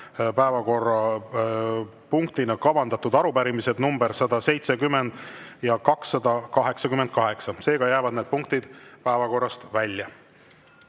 päevakorrapunktiks kavandatud arupärimised nr 170 ja 288, seega jäävad need punktid päevakorrast välja.